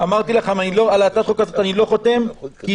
אמרתי לכם שעל הצעת החוק הזאת אני לא חותם כי